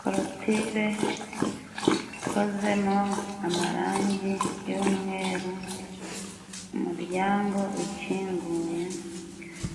Korotire ikozemo amarangi y'umweru, umuryango ukinguye,